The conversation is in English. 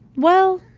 well,